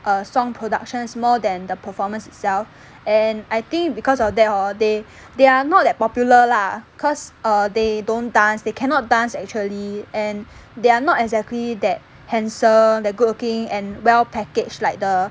err song productions more than the performance itself and I think because of that hor they they are not that popular lah cause err they don't dance they cannot dance actually and they are not exactly that handsome that good looking and well packaged like the